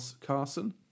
Carson